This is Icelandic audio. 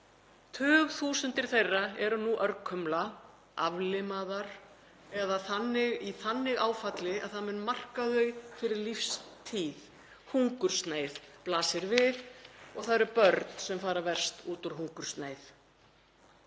Tugþúsundir þeirra eru nú örkumla, aflimaðar eða í þannig áfalli að það mun marka þau fyrir lífstíð. Hungursneyð blasir við og það eru börn sem fara verst út úr hungursneyð.